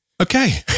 Okay